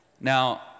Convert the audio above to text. Now